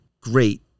great